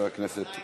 חברי הכנסת